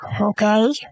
okay